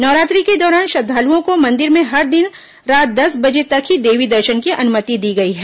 नवरात्रि के दौरान श्रद्वालुओं को मंदिर में हर दिन रात दस बजे तक ही देवी दर्शन की अनुमति दी गई है